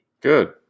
Good